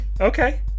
okay